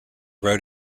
road